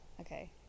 Okay